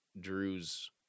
Drew's